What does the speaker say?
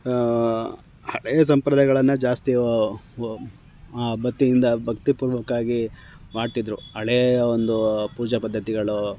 ಹಳೆಯ ಸಂಪ್ರದಾಯಗಳನ್ನು ಜಾಸ್ತಿ ಭಕ್ತಿಯಿಂದ ಭಕ್ತಿಪೂರ್ವಕ ಆಗಿ ಮಾಡ್ತಿದ್ದರು ಹಳೆಯ ಒಂದು ಪೂಜಾ ಪದ್ಧತಿಗಳು